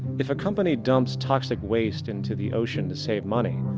if a company dumps toxic waste into the ocean to save money,